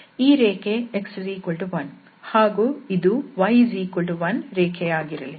ಈ ರೇಖೆ x1 ಹಾಗೂ ಇದು y1ರೇಖೆಯಾಗಿರಲಿ